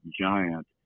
giant